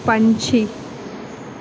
ਪੰਛੀ